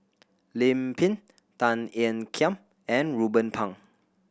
Lim Pin Tan Ean Kiam and Ruben Pang